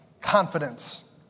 confidence